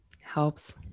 helps